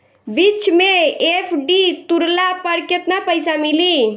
बीच मे एफ.डी तुड़ला पर केतना पईसा मिली?